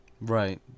Right